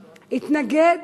התנגד,